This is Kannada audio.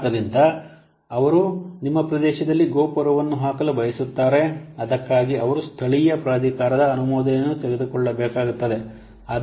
ಆದ್ದರಿಂದ ಅವರು ನಿಮ್ಮ ಪ್ರದೇಶದಲ್ಲಿ ಗೋಪುರವನ್ನು ಹಾಕಲು ಬಯಸುತ್ತಾರೆ ಅದಕ್ಕಾಗಿ ಅವರು ಸ್ಥಳೀಯ ಪ್ರಾಧಿಕಾರದ ಅನುಮೋದನೆಯನ್ನು ತೆಗೆದುಕೊಳ್ಳಬೇಕಾಗುತ್ತದೆ